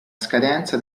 scadenza